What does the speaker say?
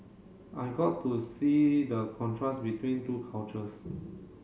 I got to see the contrast between two cultures